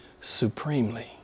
supremely